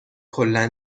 کلا